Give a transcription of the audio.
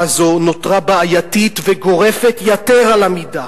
הזאת נותרה בעייתית וגורפת יתר על המידה,